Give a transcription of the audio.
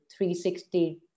360